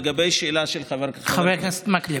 לשאלה של חברי חבר הכנסת מקלב,